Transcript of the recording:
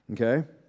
Okay